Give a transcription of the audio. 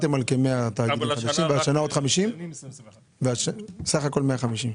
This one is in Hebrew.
שהצהרתם שהצטרפו, סך הכול 150?